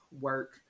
work